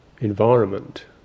environment